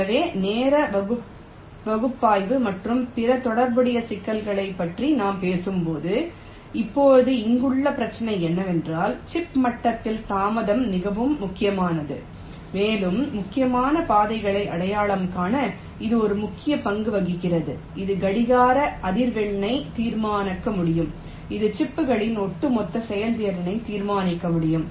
எனவே நேர பகுப்பாய்வு மற்றும் பிற தொடர்புடைய சிக்கல்களைப் பற்றி நாம் பேசும்போது இப்போது இங்குள்ள பிரச்சினை என்னவென்றால் சிப் மட்டத்தில் தாமதம் மிகவும் முக்கியமானது மேலும் முக்கியமான பாதைகளை அடையாளம் காண இது ஒரு முக்கிய பங்கு வகிக்கிறது இது கடிகார அதிர்வெண்ணை தீர்மானிக்க முடியும் இது சிப்களின் ஒட்டுமொத்த செயல்திறனை தீர்மானிக்க முடியும்